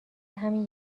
همین